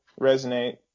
resonate